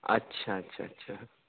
اچھا اچھا اچھا